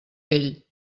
pell